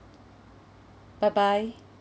bye bye